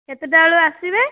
କେତେଟା ବେଳୁ ଆସିବେ